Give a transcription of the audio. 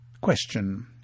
Question